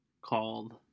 called